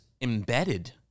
embedded